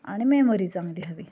आणि मेमरी चांगली हवी